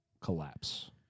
collapse